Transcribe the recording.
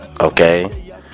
okay